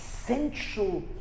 essential